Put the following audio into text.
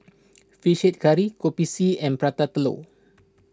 Fish Head Curry Kopi C and Prata Telur